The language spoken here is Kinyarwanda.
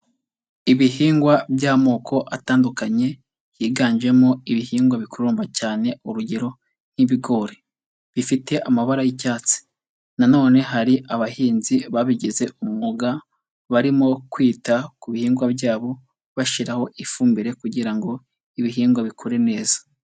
Ibihingwa by'amoko atandukanye higanjemo ibihingwa bikurudwa cyane urugero nk'ibigori, bifite amabara y'icyatsi na none hari abahinzi babigize umwuga barimo kwita ku bihingwa byabo, bashiraho ifumbire kugira ngo ibihingwa bikure neza.